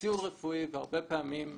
ציוד רפואי הרבה פעמים,